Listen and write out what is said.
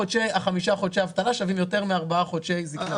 חמשת חודשי אבטלה שווים יותר מארבעה חודשי קצבת זקנה.